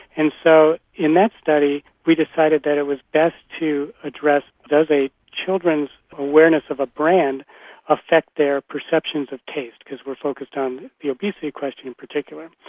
and so in that study we decided that it was best to address does children's awareness of a brand affect their perceptions of taste, because we are focused on the obesity question in particular.